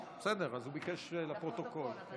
קרעי ביקש לפרוטוקול.